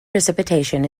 precipitation